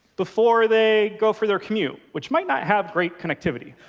before they go for their commute, which might not have great connectivity.